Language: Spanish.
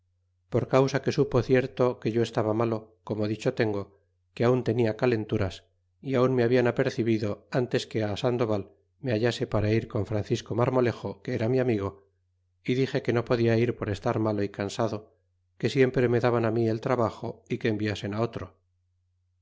por causa que supo cierto que yo estaba malo como dicho tengo que aun tenia calenturas y aun me hablan apercebido antes que á sandoval me hallase para ir con francisco marmolejo que era mi amigo y dixe que no podia ir por estar malo y cansado que siempre me daban mi el trabajo y que enviasen a otro